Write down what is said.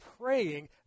praying